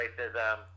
racism